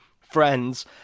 friends